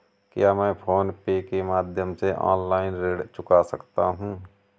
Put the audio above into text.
क्या मैं PhonePe के माध्यम से ऑनलाइन ऋण चुका सकता हूँ?